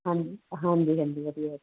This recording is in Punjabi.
ਹਾਂਜੀ ਹਾਂਜੀ ਹਾਂਜੀ ਵਧੀਆ ਜੀ